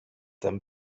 them